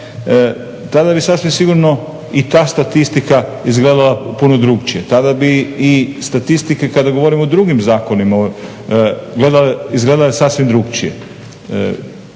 tada bi sasvim sigurno i ta statistika izgledala puno drukčije. Tada bi i statistike kada govorimo o drugim zakonima izgledale sasvim drukčije.